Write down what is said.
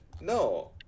no